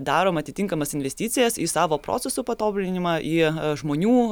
darom atitinkamas investicijas į savo procesų patobulinimą į žmonių